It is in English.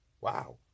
Wow